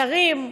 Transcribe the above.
השרים,